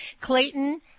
clayton